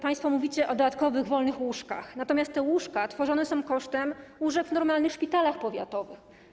Państwo mówicie o dodatkowych wolnych łóżkach, natomiast te łóżka tworzone są kosztem łóżek w normalnych szpitalach powiatowych.